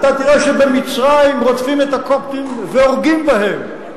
אתה תראה שבמצרים רודפים את הקופטים והורגים בהם.